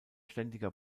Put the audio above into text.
ständiger